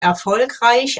erfolgreich